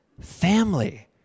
family